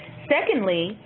secondly,